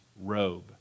robe